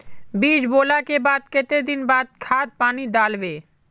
बीज बोले के बाद केते दिन बाद खाद पानी दाल वे?